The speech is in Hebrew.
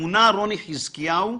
מונה רוני חזקיהו,